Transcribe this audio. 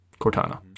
Cortana